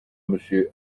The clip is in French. monsieur